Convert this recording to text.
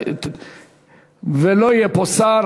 הוא אמור להשיב.